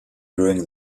during